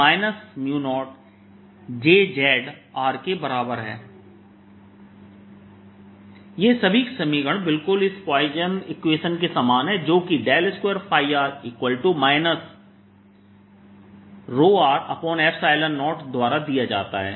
2Axr 0jx 2Ayr 0jy 2Azr 0jz ये सभी समीकरण बिल्कुल इस पॉइसन इक्वेशनPoisson's Equation के समान हैं जोकि 2r 0 द्वारा दिया जाता है